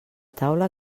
taula